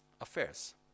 affairs